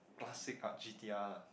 classic art G_T_R lah